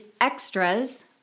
extras